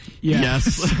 Yes